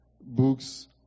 books